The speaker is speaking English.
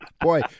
Boy